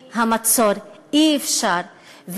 מהמצור, אי-אפשר.